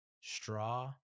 Straw